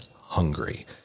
hungry